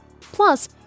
Plus